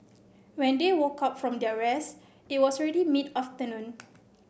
when they woke up from their rest it was already mid afternoon